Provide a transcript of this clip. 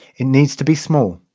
it needs to be small.